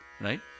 Right